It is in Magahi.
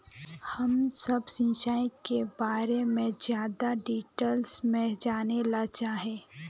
हम सब सिंचाई के बारे में ज्यादा डिटेल्स में जाने ला चाहे?